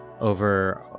over